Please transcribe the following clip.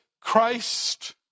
Christ